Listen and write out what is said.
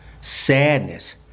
sadness